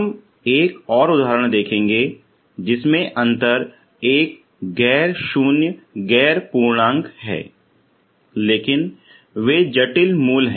हम एक और उदाहरण देखेंगे जिसमें अंतर एक गैर शून्य गैर पूर्णांक है लेकिन वे जटिल मूल हैं